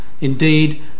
Indeed